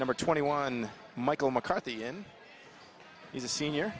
number twenty one michael mccarthy in he's a senior